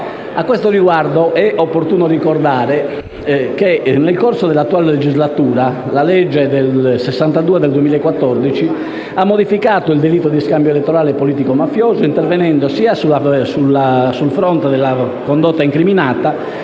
A questo riguardo è opportuno ricordare che nel corso della attuale legislatura, la legge n. 62 del 2014 ha modificato il delitto di scambio elettorale politico-mafioso, intervenendo sia sul fronte della condotta incriminata,